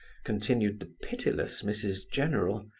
continued the pitiless mrs. general.